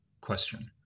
question